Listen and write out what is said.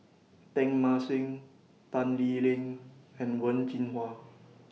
Teng Mah Seng Tan Lee Leng and Wen Jinhua